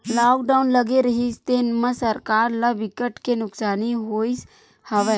lockdown लगे रिहिस तेन म सरकार ल बिकट के नुकसानी होइस हवय